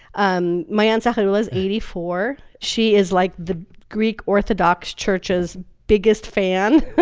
um my aunt zaharoula is eighty four. she is, like, the greek orthodox church's biggest fan.